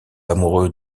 amoureux